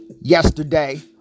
yesterday